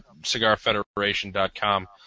CigarFederation.com